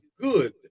good